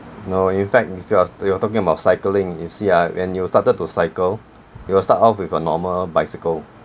no in fact if you're talking about cycling you see ah when you started to cycle you will start off with a normal bicycle